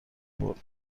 برد